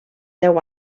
deu